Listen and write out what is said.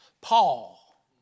Paul